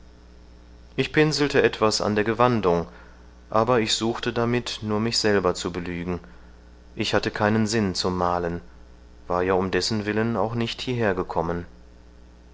ich pinselte etwas an der gewandung aber ich suchte damit nur mich selber zu belügen ich hatte keinen sinn zum malen war ja um dessen willen auch nicht hieher gekommen